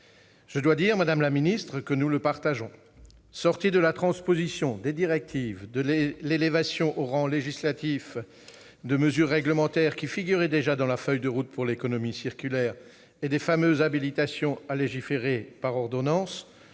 Je dois dire, madame la secrétaire d'État, que nous le partageons : sorti de la transposition des directives, de l'élévation au rang législatif de mesures réglementaires qui figuraient déjà dans la feuille de route pour l'économie circulaire et des fameuses habilitations à légiférer par ordonnance,